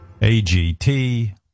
AGT